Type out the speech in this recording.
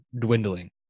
dwindling